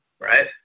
right